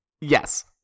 Yes